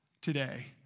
today